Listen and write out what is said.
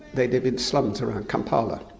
they live in slums around kampala.